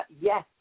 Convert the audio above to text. Yes